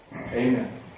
amen